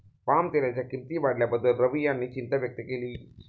पामतेलाच्या किंमती वाढल्याबद्दल रवी यांनी चिंता व्यक्त केली